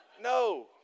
No